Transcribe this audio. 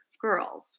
girls